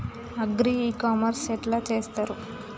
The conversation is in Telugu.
అగ్రి ఇ కామర్స్ ఎట్ల చేస్తరు?